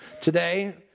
Today